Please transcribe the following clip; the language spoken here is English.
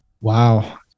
Wow